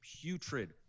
putrid